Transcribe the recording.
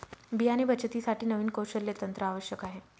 बियाणे बचतीसाठी नवीन कौशल्य तंत्र आवश्यक आहे